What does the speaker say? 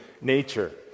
nature